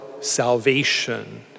salvation